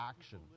action